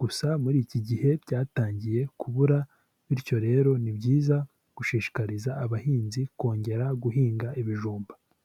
gusa muri iki gihe byatangiye kubura, bityo rero ni byiza gushishikariza abahinzi kongera guhinga ibijumba.